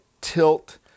tilt